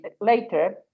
later